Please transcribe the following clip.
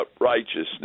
righteousness